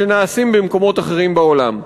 שנעשים במקומות אחרים בעולם.